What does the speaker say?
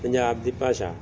ਪੰਜਾਬ ਦੀ ਭਾਸ਼ਾ